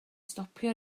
stopio